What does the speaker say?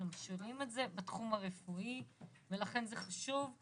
אנחנו משאירים את זה בתחום הרפואי ולכן זה חשוב.